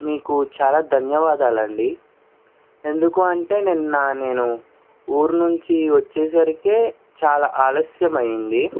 మీకు చాలా ధన్యవాదాలండీ ఎందుకు అంటే నిన్న నేను ఊర్నుంచి వచ్చేసరికే చాలా ఆలస్యమైంది